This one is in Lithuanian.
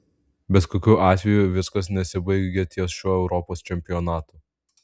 bet kokiu atveju viskas nesibaigia ties šiuo europos čempionatu